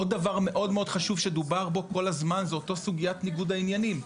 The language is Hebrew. עוד גבר מאוד חשוב שדובר בו כל הזמן זו אותה סוגיית ניגוד העניינים,